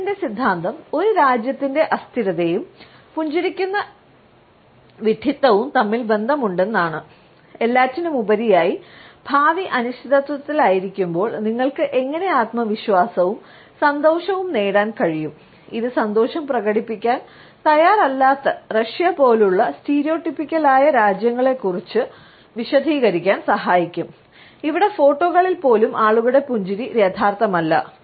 അദ്ദേഹത്തിന്റെ സിദ്ധാന്തം ഒരു രാജ്യത്തിന്റെ അസ്ഥിരതയും പുഞ്ചിരിക്കുന്ന വിഡ്ഢിത്തവും തമ്മിൽ ബന്ധമുണ്ടെന്നതാണ് എല്ലാറ്റിനുമുപരിയായി ഭാവി അനിശ്ചിതത്വത്തിലായിരിക്കുമ്പോൾ നിങ്ങൾക്ക് എങ്ങനെ ആത്മവിശ്വാസവും സന്തോഷവും നേടാൻ കഴിയും ഇത് സന്തോഷം പ്രകടിപ്പിക്കാൻ തയ്യാറല്ലാത്ത റഷ്യ പോലുള്ള സ്റ്റീരിയോടിപ്പിക്കായ രാജ്യങ്ങളെക്കുറിച്ച് വിശദീകരിക്കാൻ സഹായിക്കും ഇവിടെ ഫോട്ടോകളിൽ പോലും ആളുകളുടെ പുഞ്ചിരി യഥാർത്ഥമല്ല